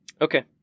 Okay